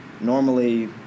normally